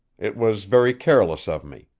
it was very careless of me.